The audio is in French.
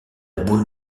boule